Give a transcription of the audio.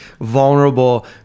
vulnerable